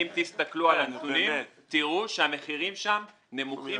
אם תסתכלו על הנתונים תראו שהמחירים שם נמוכים